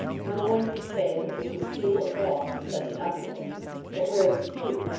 no one could say that this was true or false, in such an uproar but where was hugh?